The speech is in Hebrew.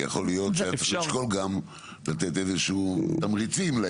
כי יכול להיות שצריך לשקול גם לתת איזה שהם תמריצים לעניין.